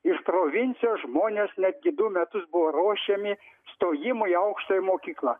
iš provincijos žmonės netgi du metus buvo ruošiami stojimui į aukštąją mokyklą